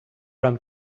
ran